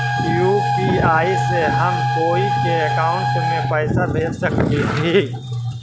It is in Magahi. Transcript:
यु.पी.आई से हम कोई के अकाउंट में पैसा भेज सकली ही?